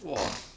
!wah!